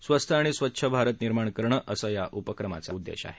स्वस्थ आणि स्वच्छ भारत निर्माण करणं असा या उपक्रमाचा मुख्य उद्देश होता